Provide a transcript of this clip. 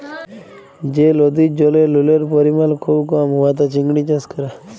যে লদির জলে লুলের পরিমাল খুব কম উয়াতে চিংড়ি চাষ ক্যরা